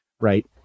right